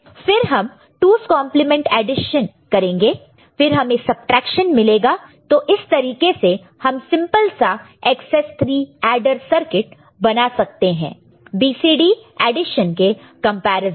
फिर हम 2's complement 2's complement addition करेंगे फिर हमें सबट्रैक्शन मिलेगा तो इस तरीके से हम सिंपल सा एकसेस 3 एडर सर्किट बना सकते हैं BCD एडिशन के कंपैरिजन में